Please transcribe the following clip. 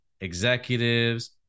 executives